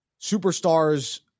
superstars